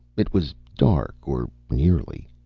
it was dark, or nearly.